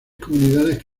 comunidades